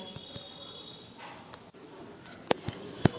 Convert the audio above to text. చూడండి సమయం 0421